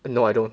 err no I don't